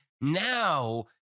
Now